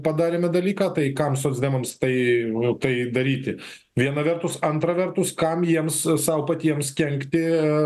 padarėme dalyką tai kam socdemams tai tai daryti viena vertus antra vertus kam jiems sau patiems kenkti